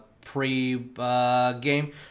pre-game